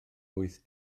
wyth